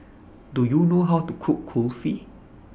Do YOU know How to Cook Kulfi